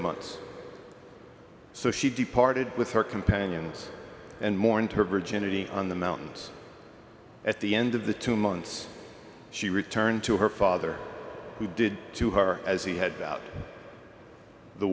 months so she departed with her companions and mourn to her virginity on the mountains at the end of the two months she returned to her father who did to her as he had